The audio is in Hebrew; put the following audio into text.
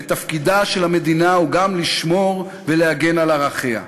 ותפקידה של המדינה הוא גם לשמור ולהגן על ערכיה.